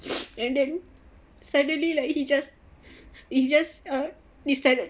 and then suddenly like he just he just uh decided